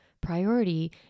priority